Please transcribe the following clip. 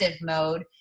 mode